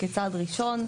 כצעד ראשון,